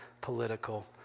political